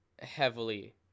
heavily